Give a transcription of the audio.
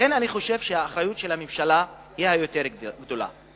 לכן אני חושב שהאחריות של הממשלה היא הגדולה יותר.